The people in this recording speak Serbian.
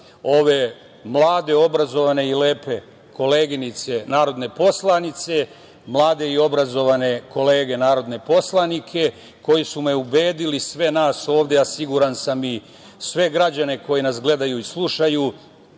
ove mlade obrazovane i lepe koleginice, narodne poslanice, mlade i obrazovane kolege narodne poslanike koji su me ubedili, sve nas ovde, a siguran sam i sve građane koji nas gledaju i slušaju